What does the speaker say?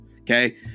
Okay